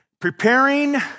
preparing